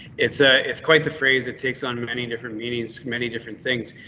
it's ah it's quite the phrase it takes on many different meanings, many different things.